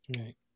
Right